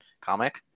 comic